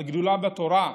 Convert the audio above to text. על גדולה בתורה.